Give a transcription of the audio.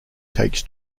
takes